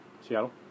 Seattle